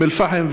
אום-אלפחם,